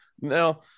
Now